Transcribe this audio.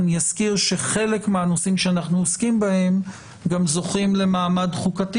אני אזכיר שחלק מהנושאים שאנחנו עוסקים בהם גם זוכים למעמד חוקתי